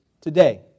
today